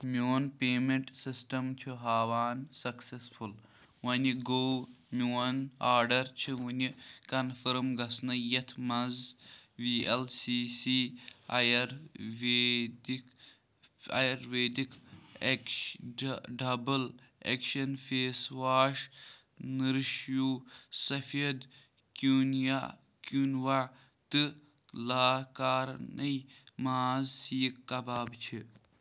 میون payment system چھُ ہاوان سَکسَسفُل وۄنہِ گوٚو میون آرڈر چھِ وٕنہِ کنفٲرٕم گژھنٕے یَتھ منٛز V L C C ayurvedic ayurvedic اٮ۪کٕش double action face wash nourish you سفید کیوٗنیا کیوٗنوا تہٕ لاکارنٕے ماز سیٖک کباب چھِ